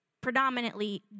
predominantly